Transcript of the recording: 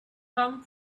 come